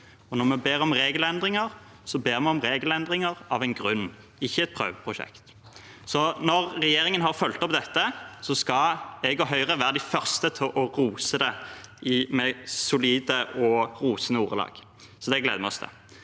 Når vi ber om regelendringer, ber vi om regelendringer, ikke et prøveprosjekt – av en grunn. Når regjeringen har fulgt opp dette, skal jeg og Høyre være de første til å omtale det i solide og rosende ordelag. Det gleder vi oss til.